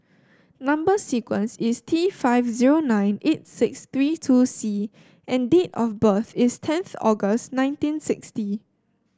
number sequence is T five zero nine eight six three two C and date of birth is tenth August nineteen sixty